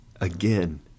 again